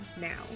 now